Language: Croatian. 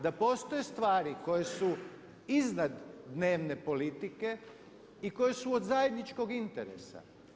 Da postoje stvari koje su iznad dnevne politike i koje su od zajedničkog interesa.